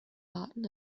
arten